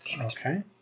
Okay